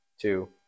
two